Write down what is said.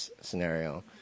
scenario